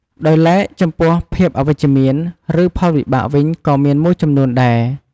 ដោយឡែកចំពោះភាពអវិជ្ជមាន ឬ ផលវិបាកវិញក៏មានមួយចំនួនដែរ។